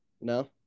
no